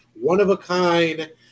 one-of-a-kind